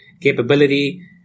capability